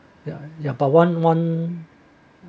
ya ya but one one